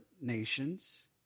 nations